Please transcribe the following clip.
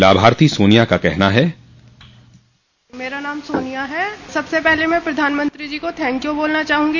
लाभार्थी सोनिया का कहना है बाइट मेरा नाम सोनिया है सबसे पहले मैं प्रधानमंत्री जी को थैंकयू बोलना चाहूँगी